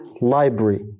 library